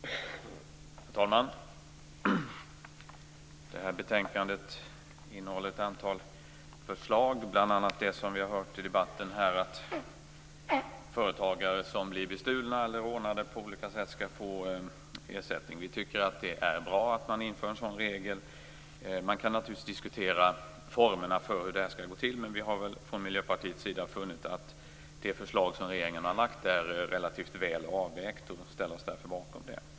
Herr talman! Det här betänkandet innehåller ett antal förslag, bl.a. det som vi har hört här i debatten om att företagare som har blivit bestulna eller rånade på olika sätt skall få ersättning. Vi tycker att det är bra att man inför en sådan regel. Man kan naturligtvis diskutera formerna för hur det skall gå till, men vi har från Miljöpartiets sida funnit att det förslag som regeringen har lagt fram är relativt väl avvägt, och vi ställer oss därför bakom det.